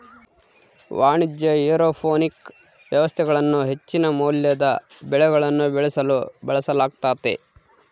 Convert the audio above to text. ವಾಣಿಜ್ಯ ಏರೋಪೋನಿಕ್ ವ್ಯವಸ್ಥೆಗಳನ್ನು ಹೆಚ್ಚಿನ ಮೌಲ್ಯದ ಬೆಳೆಗಳನ್ನು ಬೆಳೆಸಲು ಬಳಸಲಾಗ್ತತೆ